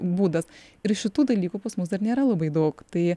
būdas ir šitų dalykų pas mus dar nėra labai daug tai